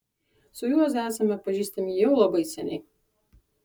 su juozu esame pažįstami jau labai seniai